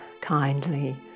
kindly